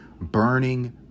burning